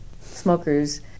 Smokers